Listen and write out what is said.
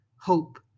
hope